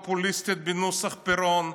בסך הכול הפכתם לתנועה פופוליסטית בנוסח פרון.